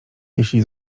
jeśli